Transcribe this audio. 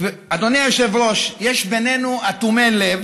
אדוני היושב-ראש, יש בינינו אטומי לב.